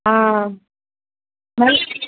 ఆ